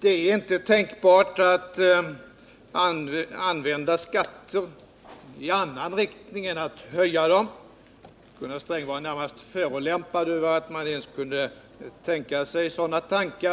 Det är tydligen inte tänkbart för Gunnar Sträng att använda skatter på annat sätt än att höja dem. Gunnar Sträng var nästan förolämpad över att man över huvud taget kunde tänka sig något annat.